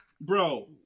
Bro